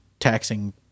taxing